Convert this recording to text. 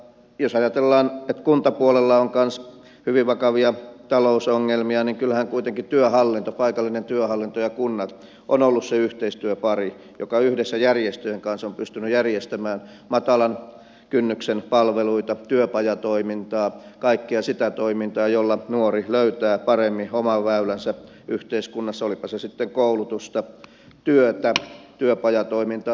jos ajatellaan että kuntapuolella on kanssa hyvin vakavia talousongelmia niin kyllähän kuitenkin paikallinen työhallinto ja kunnat ovat olleet se yhteistyöpari joka yhdessä järjestöjen kanssa on pystynyt järjestämään matalan kynnyksen palveluita työpajatoimintaa kaikkea sitä toimintaa jolla nuori löytää paremmin oman väylänsä yhteiskunnassa olipa se sitten koulutusta työtä työpajatoimintaa tai jotain muuta